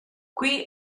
qui